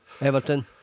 Everton